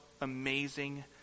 amazing